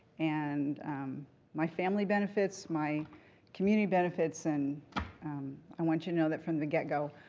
and um my family benefits, my community benefits, and um i want you to know that from the get-go.